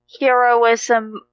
Heroism